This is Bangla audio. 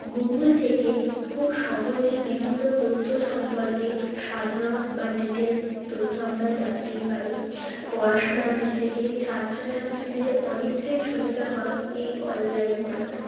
গুগ্ল থেকে খুব সহজেই বিভিন্ন তথ্য সম্পর্কে সাধারণ বা ডিটেলস তথ্য আমরা জানতেই পারি পড়াশুনার দিক থেকে ছাত্র ছাত্রীদের অনেকটাই সুবিধা হয় এই অললাইন মাধ্যম